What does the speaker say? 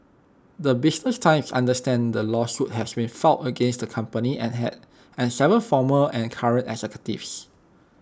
the business times understands the lawsuit has been filed against the company and had and Seven former and current executives